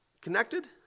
connected